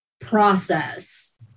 process